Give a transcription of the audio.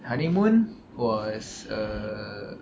honeymoon was err